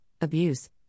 abuse